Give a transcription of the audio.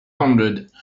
hundred